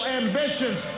ambitions